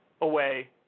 away